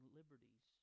liberties